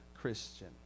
Christian